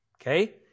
okay